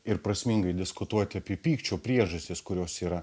ir prasmingai diskutuoti apie pykčio priežastis kurios yra